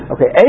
Okay